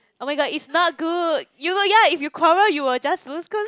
oh-my-god is not good you will ya if you quarrel you will just lose cause